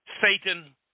Satan